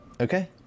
Okay